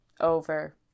over